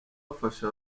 bafasha